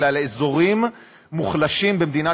אלא להסתכל על אזורים מוחלשים במדינת